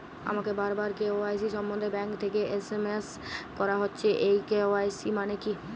আমাকে বারবার কে.ওয়াই.সি সম্বন্ধে ব্যাংক থেকে এস.এম.এস করা হচ্ছে এই কে.ওয়াই.সি মানে কী?